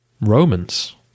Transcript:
Romans